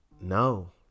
no